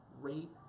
rate